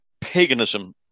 paganism